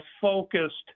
focused